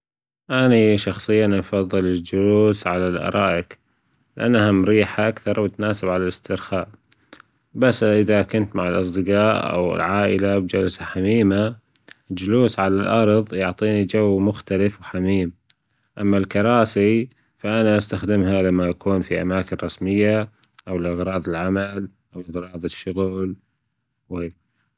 أني شخصيا أفضل الجلوس على الأرائك لأنها مريحة أكثر وتناسب على الإسترخاء، بس إذا كنت مع الأصدجاء أو العائلة بجلسة حميمة، جلوس على الأرض يعطيني جو مختلف وحميم، أما الكراسي فأنا أستخدمها لما في أماكن رسمية أو لأغراض العمل أو أغراض الشغل.